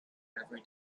every